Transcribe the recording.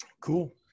Cool